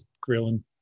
grilling